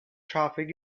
traffic